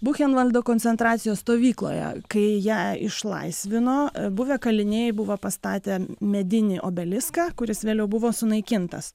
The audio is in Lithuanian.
buchenvaldo koncentracijos stovykloje kai ją išlaisvino buvę kaliniai buvo pastatę medinį obeliską kuris vėliau buvo sunaikintas